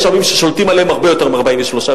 יש עמים ששולטים עליהם הרבה יותר מ-43 שנה,